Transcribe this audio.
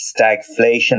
stagflation